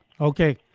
Okay